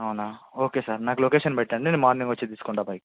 అవునా okay sir నాకు location పెట్టండి నేను మార్నింగ్ వచ్చి తీసుకుంటాను బైక్